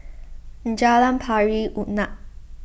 Jalan Pari Unak